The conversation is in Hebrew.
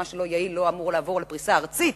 מה שלא יעיל לא אמור לעבור לפריסה ארצית,